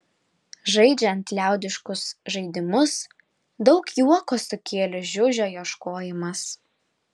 žaidžiant liaudiškus žaidimus daug juoko sukėlė žiužio ieškojimas